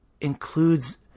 includes